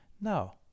Now